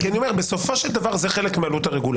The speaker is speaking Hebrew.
כי בסופו של דבר זה חלק מעלות הרגולציה.